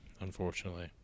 unfortunately